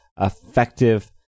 effective